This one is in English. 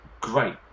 great